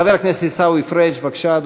חבר הכנסת עיסאווי פריג' בבקשה,